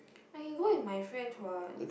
I can go with my friends what